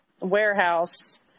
warehouse